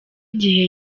igihe